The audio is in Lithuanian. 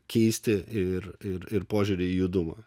keisti ir ir ir požiūrį į judumą